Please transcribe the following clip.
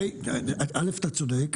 א' אתה צודק.